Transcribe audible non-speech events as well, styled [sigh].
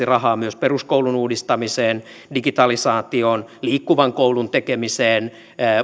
[unintelligible] rahaa myös peruskoulun uudistamiseen digitalisaatioon liikkuvan koulun tekemiseen